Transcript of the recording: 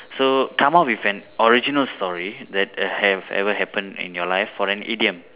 so come up with an original story that have ever happened in your life for an idiom